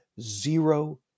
zero